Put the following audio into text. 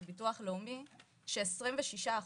של ביטוח לאומי, ש-26%,